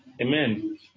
Amen